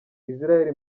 israel